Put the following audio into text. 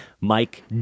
Mike